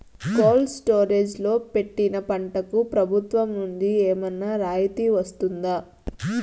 Cold storage లో పెట్టిన పంటకు ప్రభుత్వం నుంచి ఏమన్నా రాయితీ వస్తుందా?